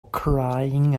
crying